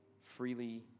freely